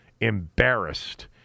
embarrassed